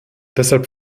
deshalb